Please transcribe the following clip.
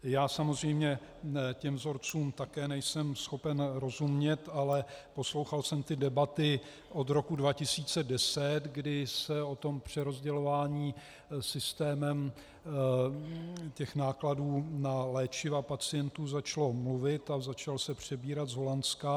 Já samozřejmě těm vzorcům také nejsem schopen rozumět, ale poslouchal jsem ty debaty od roku 2010, kdy se o přerozdělování systémem nákladů na léčiva pacientů začalo mluvit, a začal se přebírat z Holandska.